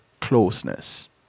closeness